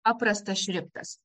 paprastas šriftas